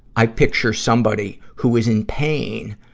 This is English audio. i picture somebody who is in pain,